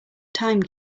time